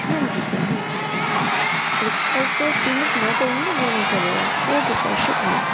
ہاں جی سر ہاں جی ہاں جی اور سر پیمنٹ میں کروں گی وہ نہیں کرے گا او کے سر شکریہ